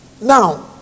Now